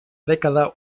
dècada